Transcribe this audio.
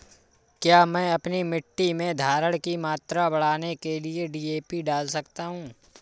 क्या मैं अपनी मिट्टी में धारण की मात्रा बढ़ाने के लिए डी.ए.पी डाल सकता हूँ?